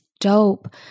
dope